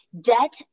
debt